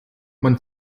man